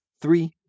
three